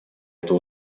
эту